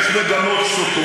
יש מגמות סותרות.